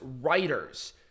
writers